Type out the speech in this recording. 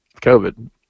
COVID